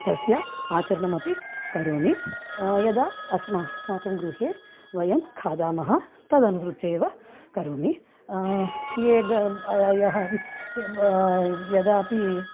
तस्य आचरणमपि करोमि यदा अस्माकं अस्माकं गृहे वयं खादामः तदनुसृत्य एव करोमि ये ग यः यदापि